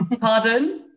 Pardon